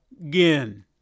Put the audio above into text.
again